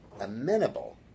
amenable